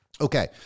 Okay